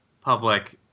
public